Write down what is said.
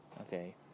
Okay